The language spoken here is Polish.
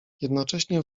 jednocześnie